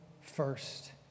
first